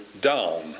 down